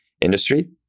industry